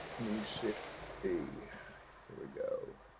mi six a year ago.